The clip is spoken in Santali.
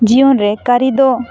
ᱡᱤᱭᱚᱱ ᱨᱮ ᱠᱟᱹᱨᱤ ᱫᱚ